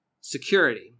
Security